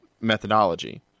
methodology